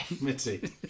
Mitty